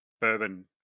bourbon